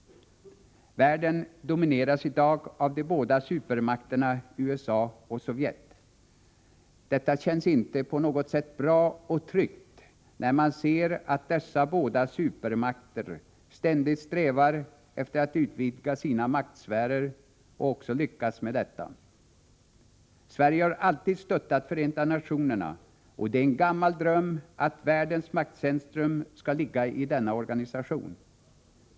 Världen domineras i dag av de båda supermakterna USA och Sovjet. Detta känns inte på något sätt bra eller tryggt, när man ser att dessa båda supermakter ständigt strävar efter att utvidga sina maktsfärer — och också lyckas med detta. Sverige har alltid stöttat Förenta nationerna, och det är en gammal dröm att världens maktcentrum skall ligga i denna organisation.